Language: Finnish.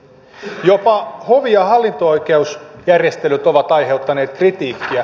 jopa hovi ja hallinto oikeusjärjestelyt ovat aiheuttaneet kritiikkiä